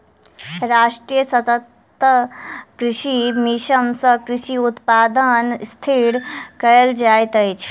राष्ट्रीय सतत कृषि मिशन सँ कृषि उत्पादन स्थिर कयल जाइत अछि